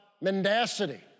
mendacity